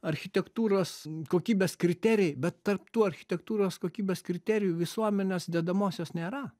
architektūros kokybės kriterijai bet tarp tų architektūros kokybės kriterijų visuomenės dedamosios nėra